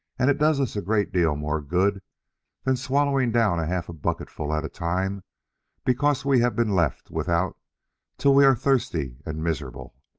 and it does us a great deal more good than swallowing down half a bucketful at a time because we have been left without till we are thirsty and miserable.